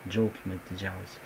džiaugsmas didžiausias